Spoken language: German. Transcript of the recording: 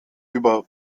über